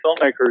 filmmakers